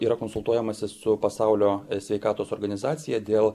yra konsultuojamasi su pasaulio sveikatos organizacija dėl